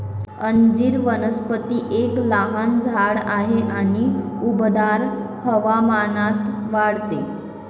अंजीर वनस्पती एक लहान झाड आहे आणि उबदार हवामानात वाढते